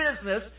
business